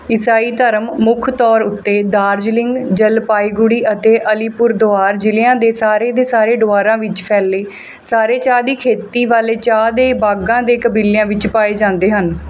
ਈਸਾਈ ਧਰਮ ਮੁੱਖ ਤੌਰ ਉੱਤੇ ਦਾਰਜੀਲਿੰਗ ਜਲਪਾਈਗੁੜੀ ਅਤੇ ਅਲੀਪੁਰਦੁਆਰ ਜ਼ਿਲ੍ਹਿਆਂ ਦੇ ਸਾਰੇ ਦੇ ਸਾਰੇ ਦੁਆਰਾਂ ਵਿੱਚ ਫੈਲੇ ਸਾਰੇ ਚਾਹ ਦੀ ਖੇਤੀ ਵਾਲੇ ਚਾਹ ਦੇ ਬਾਗਾਂ ਦੇ ਕਬੀਲਿਆਂ ਵਿੱਚ ਪਾਏ ਜਾਂਦੇ ਹਨ